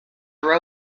are